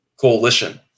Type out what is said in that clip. coalition